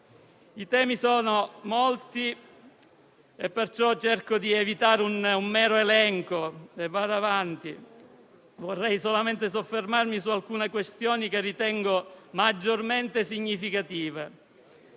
I temi sono molti e perciò cerco di evitare un mero elenco. Vorrei solamente soffermarmi su alcune questioni che ritengo maggiormente significative.